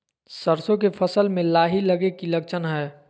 सरसों के फसल में लाही लगे कि लक्षण हय?